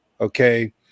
okay